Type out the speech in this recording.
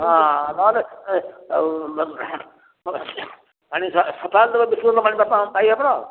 ହଁ ନହଲେ